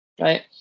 right